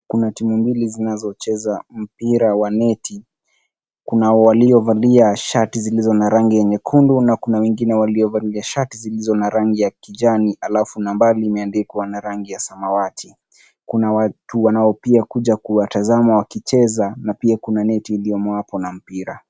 Kuna timu mbili zinazocheza mpira wa neti. Kunao waliovalia shati zilizo na rangi nyekundu na kuna wengine waliovalia shati zilizo na rangi ya kijani alafu nambari imeandikwa na rangi ya samawati. Kuna watu wanaopia kuja kuwatazama wakicheza na pia kuna neti iliyomo hapo na mpira.